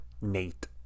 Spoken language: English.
Nate